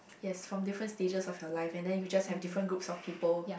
yes from different stages of your life and then you just have different groups of people